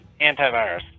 antivirus